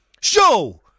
Show